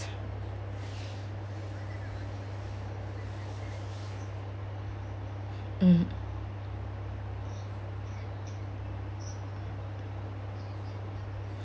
mm